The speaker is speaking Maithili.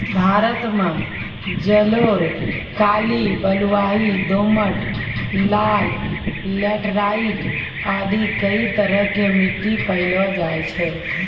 भारत मॅ जलोढ़, काली, बलुआही, दोमट, लाल, लैटराइट आदि कई तरह के मिट्टी पैलो जाय छै